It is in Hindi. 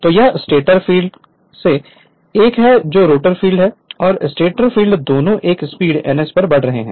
तो यह स्टेटर फ़ील्ड से एक है जो रोटर फ़ील्ड है और स्टेटर फ़ील्ड दोनों एक स्पीड ns पर बढ़ रहे हैं